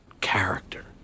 Character